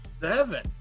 Seven